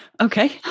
Okay